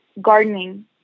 gardening